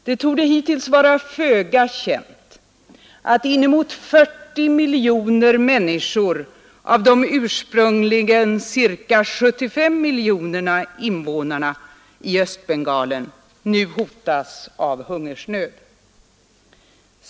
Det torde hittills vara föga känt att inemot 40 miljoner människor av de ursprungligen cirka 75 miljonerna invånare i Östbengalen nu hotas av hungersnöd.